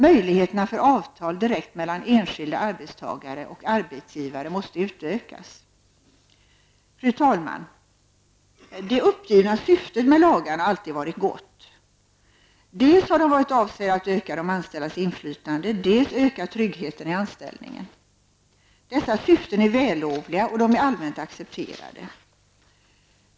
Möjligheterna för avtal direkt mellan enskilda arbetstagare och arbetsgivare måste utökas. Fru talman! Det uppgivna syftet med lagarna har alltid varit gott. De har dels varit avsedda att öka de anställdas inflytande, dels öka tryggheten i anställningen. Dessa syften är vällovliga och allmänt accepterade.